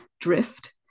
drift